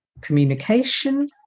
communication